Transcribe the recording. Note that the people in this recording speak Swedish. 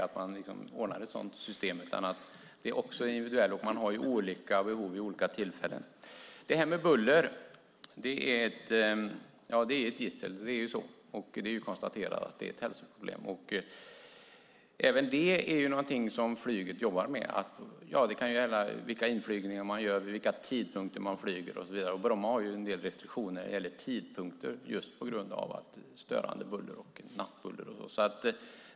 Sådant här är ju också individuellt. Man har olika behov vid olika tillfällen. Buller är ett gissel; så är det. Det är konstaterat att buller är ett hälsoproblem. Även det jobbar flyget med. Det kan gälla hur inflygningar görs, vid vilka tidpunkter man flyger och så vidare. Bromma har en del restriktioner när det gäller tidpunkter just på grund av störande buller, nattbuller och annat.